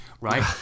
right